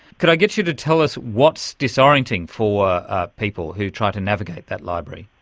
can i get you to tell us what's disorientating for ah people who tried to navigate that library?